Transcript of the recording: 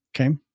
Okay